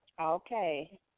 Okay